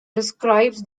describes